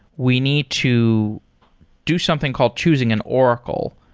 we need to do something called choosing an oracle.